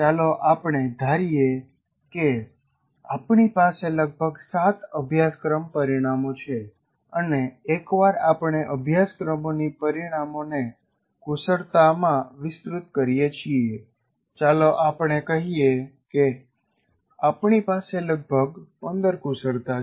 ચાલો આપણે ધારીએ કે આપણી પાસે લગભગ 7 અભ્યાસક્રમ પરિણામો છે અને એકવાર આપણે અભ્યાસક્રમોના પરિણામોને કુશળતામાં વિસ્તૃત કરીએ છીએ ચાલો આપણે કહીએ કે આપણી પાસે લગભગ 15 કુશળતા છે